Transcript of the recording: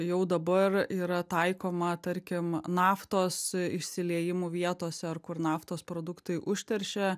jau dabar yra taikoma tarkim naftos išsiliejimų vietose ar kur naftos produktai užteršia